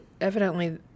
evidently